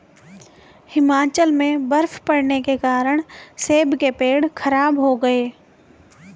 हिमाचल में बर्फ़ पड़ने के कारण सेब के पेड़ खराब हो गए